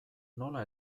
nola